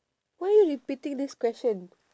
why are you repeating this question